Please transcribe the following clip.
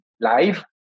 live